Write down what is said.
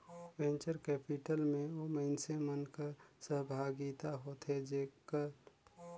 venture capital में ओ मइनसे मन कर सहभागिता होथे जेहर कोनो बित्तीय संस्था होथे